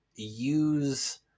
use